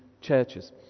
churches